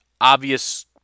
obvious